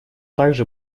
также